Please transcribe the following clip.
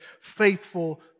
faithful